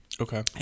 Okay